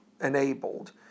enabled